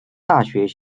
大学